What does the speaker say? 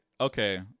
okay